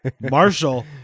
Marshall